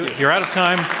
you're out of time.